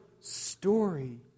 story